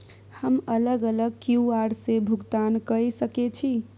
हम अलग अलग क्यू.आर से भुगतान कय सके छि?